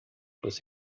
você